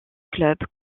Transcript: club